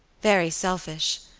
very selfish,